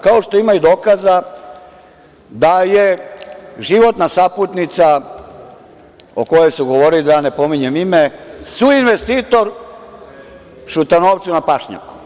Kao što ima i dokaza da je životna saputnica, o kojoj su govorili, da ne pominjem ime, suinvestitor Šutanovcu na pašnjaku.